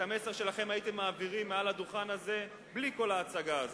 את המסר שלכם הייתם מעבירים מעל הדוכן הזה בלי כל ההצגה הזאת.